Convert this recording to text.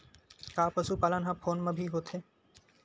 का पशुपालन ह फोन म भी होथे?